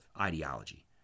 ideology